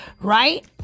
right